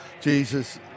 Jesus